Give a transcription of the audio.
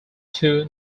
two